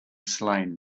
slain